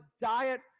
diet